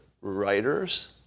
writers